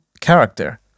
character